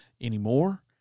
anymore